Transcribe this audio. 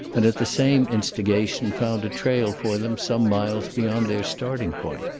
and at the same instigation found a trail for them some miles beyond their starting point.